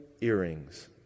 earrings